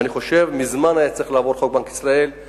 ואני חושב שמזמן היה חוק בנק ישראל צריך לעבור.